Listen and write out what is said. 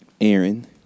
Aaron